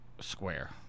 square